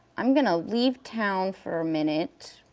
i'm gonna leave town for a minute.